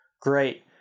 great